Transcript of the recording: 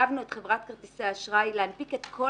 חייבנו את חברת כרטיסי האשראי להנפיק את כל